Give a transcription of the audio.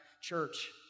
church